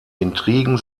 intrigen